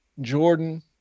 Jordan